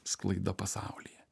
sklaida pasaulyje